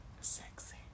Sexy